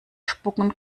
spucken